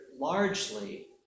largely